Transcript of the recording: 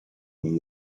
dni